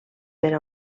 per